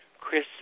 Chris